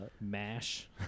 mash